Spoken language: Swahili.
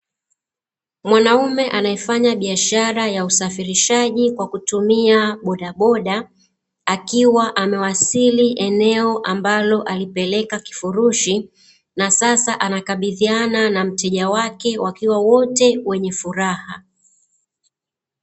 Mwanaume anayefanya biashara ya usafirishaji kwa kutumia bodaboda akiwa amewasili eneo ambalo alipeleka kifurushi, na sasa anakabidhiana na mteja wake wakiwa wote wenye furaha.